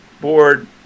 board